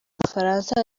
bufaransa